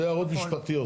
זה הערות משפטיות.